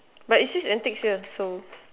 but it says antics here so